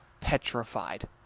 petrified